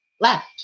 left